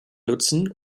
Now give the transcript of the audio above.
nutzen